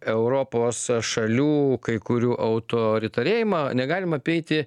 europos šalių kai kurių autoritarėjimą negalim apeiti